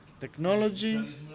technology